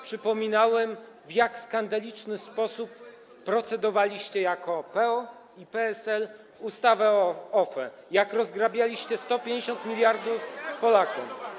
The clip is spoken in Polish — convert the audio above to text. Przypominałem, w jak skandaliczny sposób procedowaliście jako posłowie PO i PSL ustawę o OFE, jak rozgrabiliście 150 mld zł Polakom.